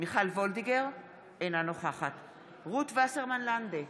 מיכל וולדיגר, אינה נוכחת רות וסרמן לנדה,